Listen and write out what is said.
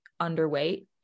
underweight